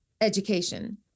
education